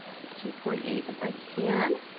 to two point eight if i can,